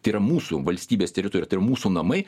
tai yra mūsų valstybės teritorija tai yra mūsų namai